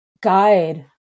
guide